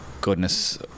goodness